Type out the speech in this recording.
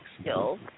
skills